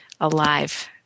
alive